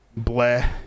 Bleh